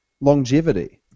longevity